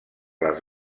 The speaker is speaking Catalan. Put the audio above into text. les